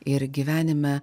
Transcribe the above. ir gyvenime